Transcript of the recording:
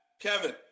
Kevin